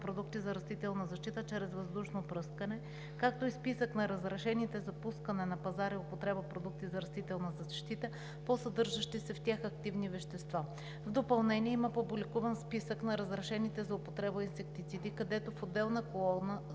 продукти за растителна защита чрез въздушно пръскане, както и списък на разрешените за пускане на пазара и употреба продукти за растителна защита по съдържащи се в тях активни вещества. В допълнение има публикуван списък на разрешените за употреба инсектициди, където в отделна колона